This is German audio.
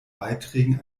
beiträgen